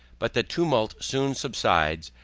but the tumult soon subsides.